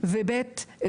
ועד עכשיו,